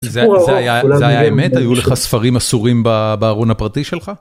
זה היה האמת? היו לך ספרים אסורים בארון הפרטי שלך?